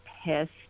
pissed